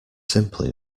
simply